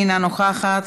אינה נוכחת,